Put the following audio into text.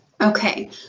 Okay